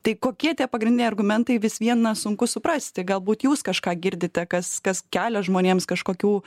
tai kokie tie pagrindiniai argumentai vis vien na sunku suprasti galbūt jūs kažką girdite kas kas kelia žmonėms kažkokių